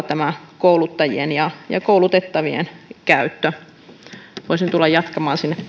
tämä kouluttajien ja ja koulutettavien käyttö etenisi myös vapaaehtoisen maanpuolustuksen puolella voisin tulla jatkamaan sinne